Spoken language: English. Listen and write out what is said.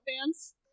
fans